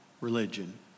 religion